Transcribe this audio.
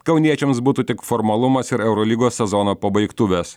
kauniečiams būtų tik formalumas ir eurolygos sezono pabaigtuves